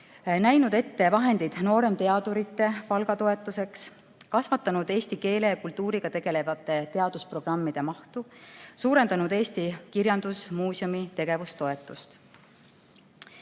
näinud ette vahendeid nooremteadurite palga toetuseks, kasvatanud eesti keele ja kultuuriga tegelevate teadusprogrammide mahtu ning suurendanud Eesti Kirjandusmuuseumi tegevustoetust.